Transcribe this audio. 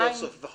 סוף סוף.